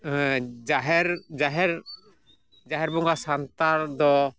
ᱦᱮᱸ ᱡᱟᱦᱮᱨ ᱡᱟᱦᱮᱨ ᱡᱟᱦᱮᱨ ᱵᱚᱸᱜᱟ ᱥᱟᱱᱛᱟᱲ ᱫᱚ